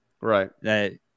Right